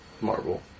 Marvel